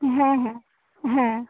হ্যাঁ হ্যাঁ হ্যাঁ